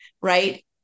right